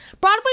Broadway